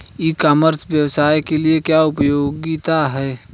ई commerce के व्यवसाय के लिए क्या उपयोगिता है?